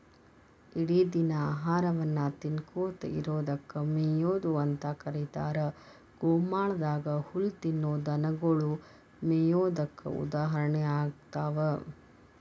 ಇಡಿದಿನ ಆಹಾರವನ್ನ ತಿನ್ನಕೋತ ಇರೋದಕ್ಕ ಮೇಯೊದು ಅಂತ ಕರೇತಾರ, ಗೋಮಾಳದಾಗ ಹುಲ್ಲ ತಿನ್ನೋ ದನಗೊಳು ಮೇಯೋದಕ್ಕ ಉದಾಹರಣೆ ಆಗ್ತಾವ